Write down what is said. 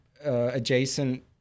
adjacent